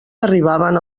arribaven